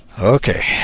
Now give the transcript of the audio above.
Okay